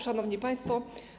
Szanowni Państwo!